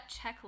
checklist